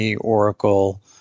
Oracle